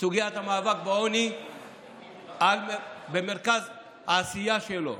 סוגיית המאבק בעוני במרכז העשייה שלו.